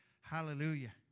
Hallelujah